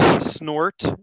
Snort